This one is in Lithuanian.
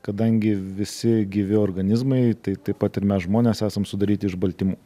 kadangi visi gyvi organizmai tai taip pat ir mes žmonės esam sudaryti iš baltymų